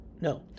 No